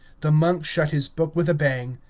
the monk shut his book with a bang,